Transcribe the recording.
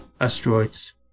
asteroids